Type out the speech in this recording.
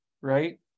Right